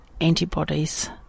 antibodies